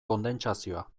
kondentsazioa